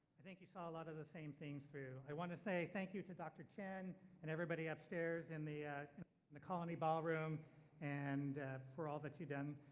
i think you saw a lot of the same things for you. i wanna say thank you to dr chen and everybody upstairs in the the colony ballroom and for all that you've done.